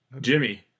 Jimmy